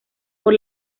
por